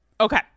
Okay